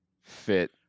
fit